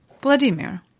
Vladimir